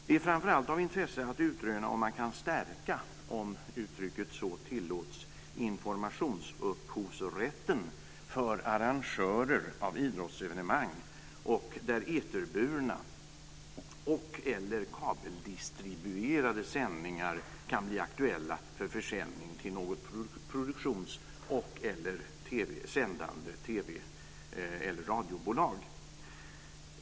Det är framför allt av intresse att utröna om man kan stärka - om uttrycket tillåts - informationsupphovsrätten för arrangörer av idrottsevenemang och där eterburna eller kabeldistribuerade sändningar kan bli aktuella för försäljning till något produktionsbolag eller sändande TV eller radiobolag.